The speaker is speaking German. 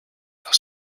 aus